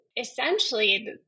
essentially